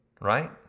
right